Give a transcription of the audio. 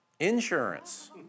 Insurance